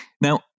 Now